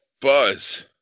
Buzz